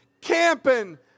camping